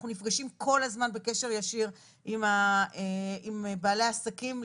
אנחנו נפגשים כל הזמן בקשר ישיר עם בעלי העסקים,